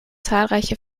zahlreiche